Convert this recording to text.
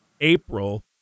April